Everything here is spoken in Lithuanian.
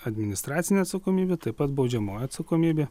administracinė atsakomybė taip pat baudžiamoji atsakomybė